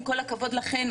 עם כל הכבוד לכן,